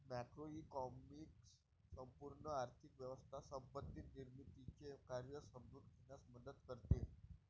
macroeconomics संपूर्ण आर्थिक व्यवस्था संपत्ती निर्मितीचे कार्य समजून घेण्यास मदत करते